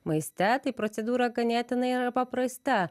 maiste tai procedūra ganėtinai yra paprasta